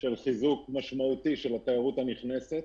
של חיזוק משמעותי של התיירות הנכנסת,